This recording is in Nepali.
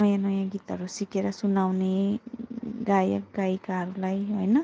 नयाँ नयाँ गीतहरू सिकेर सुनाउने गायक गायिकाहरूलाई होइन